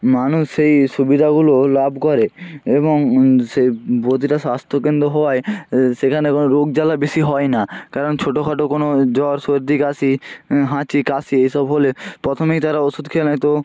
মানুষ সেই সুবিধাগুলো লাব করে এবং সে প্রতিটা স্বাস্থ্যকেন্দ্র হওয়ায় এ সেখানে কোনো রোগ জ্বালা বেশি হয় না কারণ ছোটো খাটো কোনো জ্বর সর্দি কাশি হ্যাঁ হাঁচি কাশি এইসব হলে প্রথমেই তারা ওষুধ খেয়ে নেয় তো